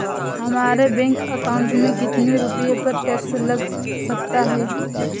हमारे bank account में कितने रुपये पर टैक्स लग सकता है?